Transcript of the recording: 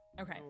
okay